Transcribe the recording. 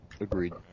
Agreed